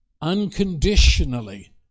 unconditionally